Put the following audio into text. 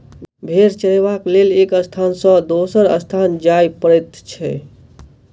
भेंड़ चरयबाक लेल एक स्थान सॅ दोसर स्थान जाय पड़ैत छै